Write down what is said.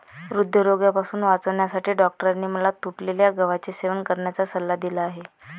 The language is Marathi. हृदयरोगापासून वाचण्यासाठी डॉक्टरांनी मला तुटलेल्या गव्हाचे सेवन करण्याचा सल्ला दिला आहे